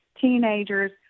teenagers